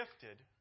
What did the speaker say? gifted